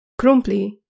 Krumpli